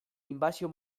inbasio